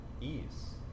ease